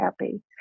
happy